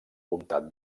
comtat